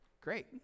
Great